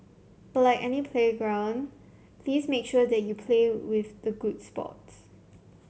but like any playground please make sure that you play with the good sports